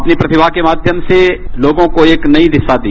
अपनी प्रतिभा के माध्यम से लोगों को एक नई दिशा दी